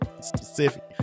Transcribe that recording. specific